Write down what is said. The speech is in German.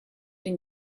den